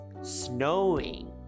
snowing